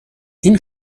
این